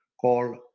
called